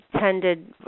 tended